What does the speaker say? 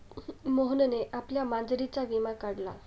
मोहनने आपल्या मांजरीचा विमा काढला